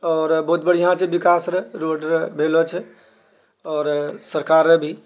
आओर बहुत बढ़ियाँ छै विकास र रोड र भेलो छै आओर सरकार र भी